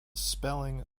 spelling